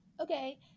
okay